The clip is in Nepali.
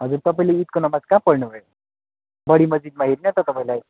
हजुर तपाईँले इदको नमाज कहाँ पढ्नु भयो बढी मस्जिदमा हेरिनँ त तपाईँलाई